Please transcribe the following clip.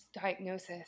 diagnosis